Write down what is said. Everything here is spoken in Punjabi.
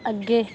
ਅੱਗੇ